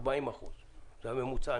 ב-40 אחוזים שאני חושב שזה הממוצע.